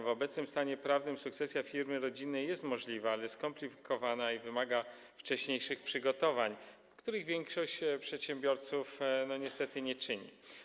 W obecnym stanie prawnym sukcesja firmy rodzinnej jest możliwa, ale skomplikowana i wymaga wcześniejszych przygotowań, których większość przedsiębiorców niestety nie czyni.